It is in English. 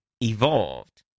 evolved